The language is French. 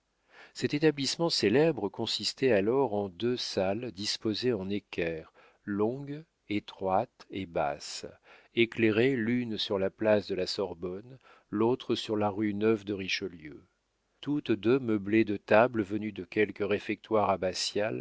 cet établissement célèbre consistait alors en deux salles disposées en équerre longues étroites et basses éclairées l'une sur la place de la sorbonne l'autre sur la rue neuve de richelieu toutes deux meublées de tables venues de quelque réfectoire abbatial